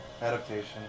Adaptation